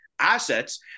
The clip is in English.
assets